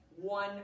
one